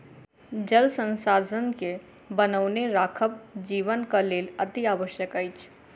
जल संसाधन के बनौने राखब जीवनक लेल अतिआवश्यक अछि